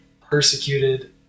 persecuted